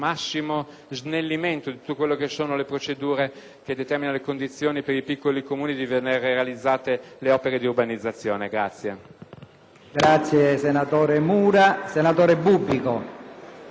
che determinano le condizioni per i piccoli Comuni di vedere realizzate le opere di urbanizzazione.